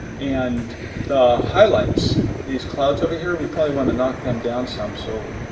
and the highlights, these clouds over here, we probably want to knock them down some. so,